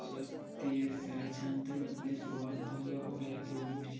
سُہ اوس تیٖر رَچھان تہٕ مےٚ تُلۍ تٔمِس فوٹوٗ تُہنٛدیو گَرِکیو وُچھ